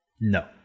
No